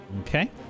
Okay